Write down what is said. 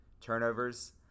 turnovers